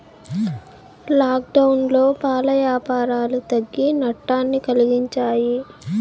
లాక్డౌన్లో పాల యాపారాలు తగ్గి నట్టాన్ని కలిగించాయి